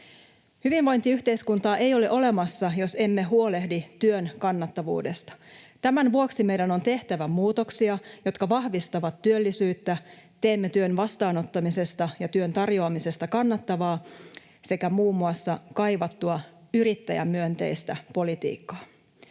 Hyvinvointiyhteiskuntaa ei ole olemassa, jos emme huolehdi työn kannattavuudesta. Tämän vuoksi meidän on tehtävä muutoksia, jotka vahvistavat työllisyyttä. Teemme työn vastaanottamisesta ja työn tarjoamisesta kannattavaa sekä muun muassa kaivattua yrittäjämyönteistä politiikkaa.